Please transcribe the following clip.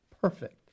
perfect